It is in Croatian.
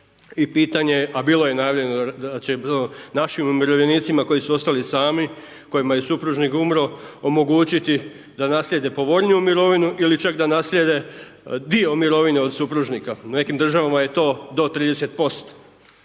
i pitanje a bilo je najavljeno da će, našim umirovljenicima koji su ostali sami kojima je supružnik umro omogućiti da naslijede povoljniju mirovinu ili čak da naslijede dio mirovine od supružnika. U nekim državama je to do 30%.